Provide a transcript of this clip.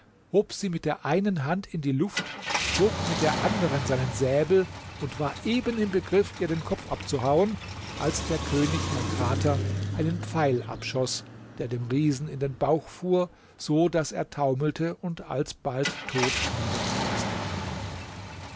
hob sie mit der einen hand in die luft zog mit der anderen seinen säbel und war eben im begriff ihr den kopf abzuhauen als der könig mein vater einen pfeil abschoß der dem riesen in den bauch fuhr so daß er taumelte und alsbald tot niederstürzte